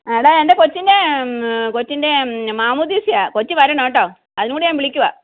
അ എടാ എൻ്റെ കൊച്ചിൻ്റെ കൊച്ചിൻ്റെ മാമോദിസയാണ് കൊച്ചു വരണം കേട്ടോ അതിനും കൂടി ഞാൻ വിളിക്കുകയാണ്